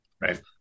Right